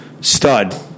stud